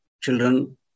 children